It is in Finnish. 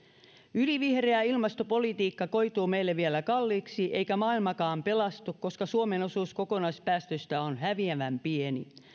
ylivihreä ilmastopolitiikka koituu meille vielä kalliiksi eikä maailmakaan pelastu koska suomen osuus kokonaispäästöistä on häviävän pieni